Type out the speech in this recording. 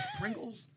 Pringles